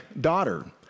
daughter